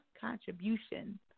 Contribution